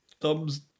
Thumbs